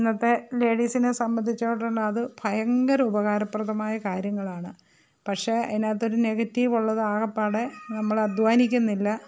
ഇന്നത്തെ ലേഡീസിനെ സംബന്ധിച്ചിട്ട് തന്നെ ഭയങ്കര ഉപകാരപ്രദമായ കാര്യങ്ങളാണ് പക്ഷേ അതിനകത്തൊരു നെഗറ്റീവ് ഉള്ളത് ആകെപ്പാടെ നമ്മൾ അധ്വാനിക്കുന്നില്ല